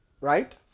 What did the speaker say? right